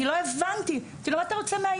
אני לא הבנתי, כאילו מה אתה רוצה מהילד?